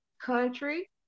country